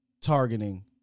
targeting